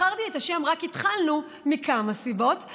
בחרתי את השם "רק התחלנו" מכמה סיבות,